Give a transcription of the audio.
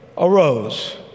Arose